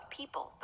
people